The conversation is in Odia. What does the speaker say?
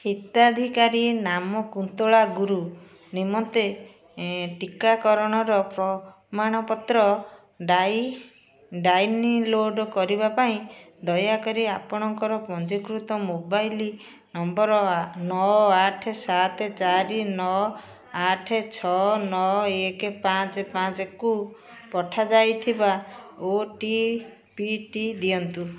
ହିତାଧିକାରୀ ନାମ କୁନ୍ତଳା ଗୁରୁ ନିମନ୍ତେ ଟିକାକରଣର ପ୍ରମାଣପତ୍ର ଡ଼ାଉନଲୋଡ଼୍ କରିବା ପାଇଁ ଦୟାକରି ଆପଣଙ୍କର ପଞ୍ଜୀକୃତ ମୋବାଇଲ୍ ନମ୍ବର୍ ନଅ ଆଠେ ସାତେ ଚାରି ନଅ ଆଠେ ଛଅ ନଅ ଏକେ ପାଞ୍ଚେ ପାଞ୍ଚେକୁ ପଠାଯାଇଥିବା ଓଟିପିଟି ଦିଅନ୍ତୁ